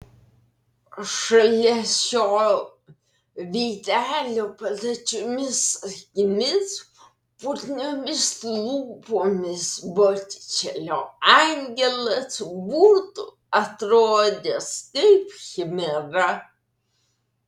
šalia šio veidelio plačiomis akimis putniomis lūpomis botičelio angelas būtų atrodęs kaip chimera